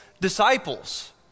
disciples